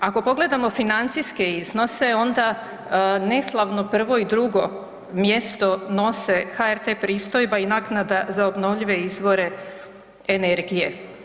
Ako pogledamo financijske iznose onda neslavno 1. i 2. mjesto nose HRT-e pristojba i naknada za obnovljive izvore energije.